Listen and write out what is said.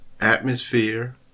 atmosphere